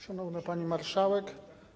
Szanowna Pani Marszałek!